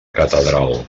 catedral